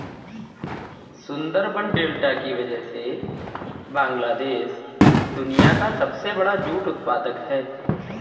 Sundarban delta की वजह से बांग्लादेश दुनिया का सबसे बड़ा जूट उत्पादक है